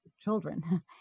children